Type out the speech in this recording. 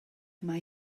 mae